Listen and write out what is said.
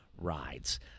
rides